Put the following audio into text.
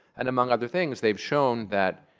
and among other things, they've shown that